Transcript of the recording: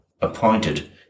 appointed